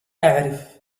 أعرف